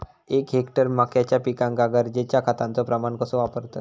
एक हेक्टर मक्याच्या पिकांका गरजेच्या खतांचो प्रमाण कसो वापरतत?